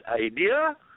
idea